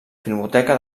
filmoteca